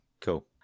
Cool